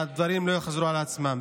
והדברים לא יחזרו על עצמם.